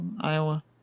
Iowa